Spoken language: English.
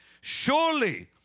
surely